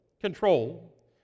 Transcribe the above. control